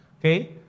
Okay